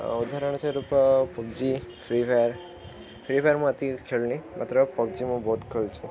ଉଦାହରଣ ସ୍ୱରୂପ PUBG Free Fire Free Fire ମୁଁ ଏତିକି ଖେଳିନି ମାତ୍ର ପବ୍ ଜି ମୁଁ ବହୁତ ଖେଳୁଛି